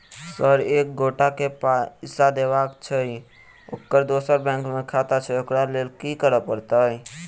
Sir एक एगोटा केँ पैसा देबाक छैय ओकर दोसर बैंक मे खाता छैय ओकरा लैल की करपरतैय?